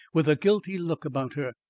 with a guilty look about her.